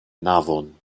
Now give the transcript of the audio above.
navon